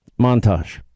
montage